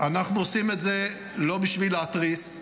אנחנו עושים את זה לא בשביל להתריס,